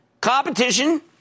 Competition